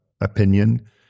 opinion